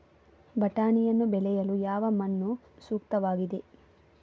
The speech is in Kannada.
ಬಟಾಣಿಯನ್ನು ಬೆಳೆಯಲು ಯಾವ ಮಣ್ಣು ಸೂಕ್ತವಾಗಿದೆ?